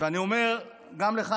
אני אומר גם לך,